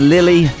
Lily